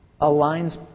aligns